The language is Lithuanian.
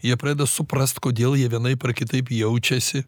jie pradeda suprast kodėl jie vienaip ar kitaip jaučiasi